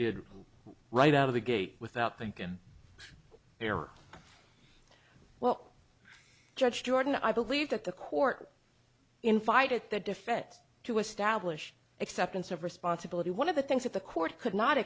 did right out of the gate without thinking error well judge jordan i believe that the court in fight at the defense to establish acceptance of responsibility one of the things that the court could not